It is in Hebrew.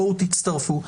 בואו תצטרפו,